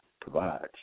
provides